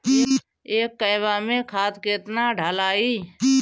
एक कहवा मे खाद केतना ढालाई?